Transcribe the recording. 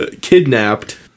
kidnapped